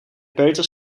peuter